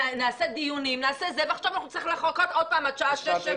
נקיים דיונים ונצטרך לחכות עוד פעם עד שעה 18-19,